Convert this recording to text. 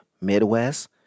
Midwest